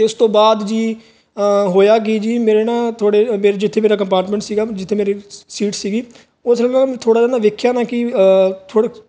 ਇਸ ਤੋਂ ਬਾਅਦ ਜੀ ਹੋਇਆ ਕੀ ਜੀ ਮੇਰੇ ਨਾਲ ਥੋੜੇ ਵੀਰ ਜਿੱਥੇ ਮੇਰਾ ਡਿਪਾਰਟਮੈਂਟ ਸੀਗਾ ਜਿੱਥੇ ਮੇਰੀ ਸੀਟ ਸੀਗੀ ਉਹ ਸ ਥੋੜਾ ਜਿਹਾ ਨਾ ਵੇਖਿਆ ਨਾ ਕਿ ਥੋੜਾ ਪੂਰਾ ਬਹੁਤ ਪਿਆ ਸੀਗਾ ਜਿਵੇਂ ਕੁਰਕਰੇ